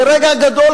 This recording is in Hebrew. זה רגע גדול,